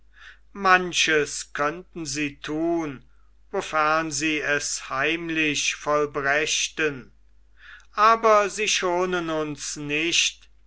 manches könnten sie tun wofern sie es heimlich vollbrächten aber sie schonen uns nicht